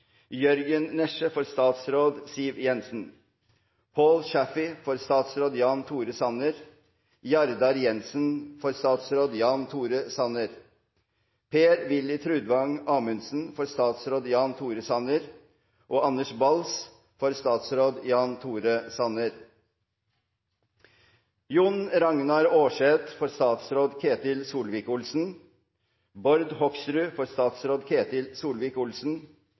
Jørgen Næsje, for statsråd Siv Jensen Paul Chaffey, for statsråd Jan Tore Sanner Jardar Jensen, for statsråd Jan Tore Sanner Per-Willy Trudvang Amundsen, for statsråd Jan Tore Sanner Anders Bals, for statsråd Jan Tore Sanner John-Ragnar Aarset, for statsråd Ketil Solvik-Olsen Bård Hoksrud, for statsråd Ketil